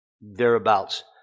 thereabouts